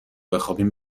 بخوابیم